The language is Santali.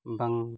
ᱵᱟᱝ